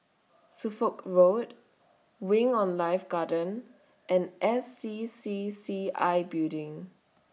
Suffolk Road Wing on Life Garden and S C C C I Building